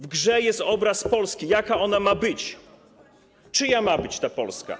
W grze jest obraz Polski, jaka ona ma być, czyja ma być ta Polska.